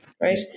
right